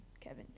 Kevin